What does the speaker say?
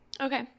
okay